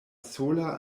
sola